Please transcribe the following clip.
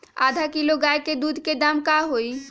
आधा किलो गाय के दूध के का दाम होई?